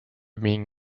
being